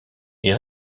est